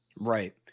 Right